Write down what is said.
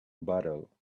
bottle